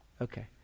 okay